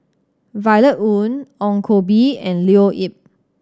Violet Oon Ong Koh Bee and Leo Yip